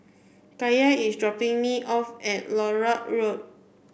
Kaya is dropping me off at Larut Road